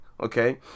Okay